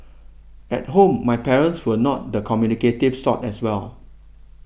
at home my parents were not the communicative sort as well